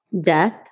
Death